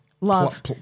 love